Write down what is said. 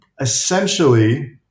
essentially